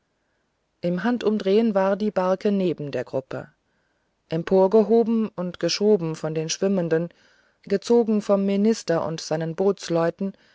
im handumdrehen war die barke neben der gruppe emporgehoben und geschoben von den schwimmenden gezogen vom minister und seinen